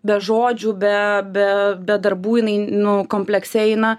be žodžių be be be darbų jinai nu komplekse eina